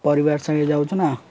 ପରିବାର ସାଙ୍ଗେ ଯାଉଛୁ ନା